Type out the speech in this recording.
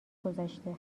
گذشته